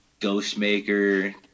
Ghostmaker